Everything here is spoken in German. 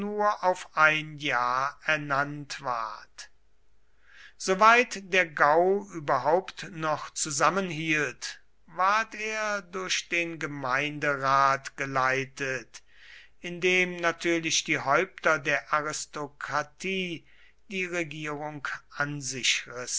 auf ein jahr ernannt ward soweit der gau überhaupt noch zusammenhielt ward er durch den gemeinderat geleitet in dem natürlich die häupter der aristokratie die regierung an sich